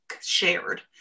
shared